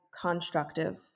constructive